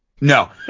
No